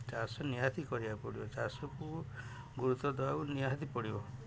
ଚାଷ ନିହାତି କରିବାକୁ ପଡ଼ିବ ଚାଷକୁ ଗୁରୁତ୍ଵ ଦେବାକୁ ନିହାତି ପଡ଼ିବ